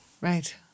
Right